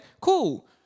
cool